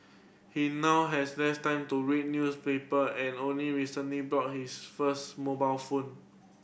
he now has less time to read newspaper and only recently bought his first mobile phone